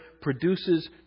produces